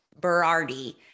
Berardi